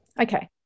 okay